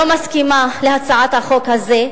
לא מסכימה להצעת החוק הזאת.